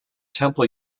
temple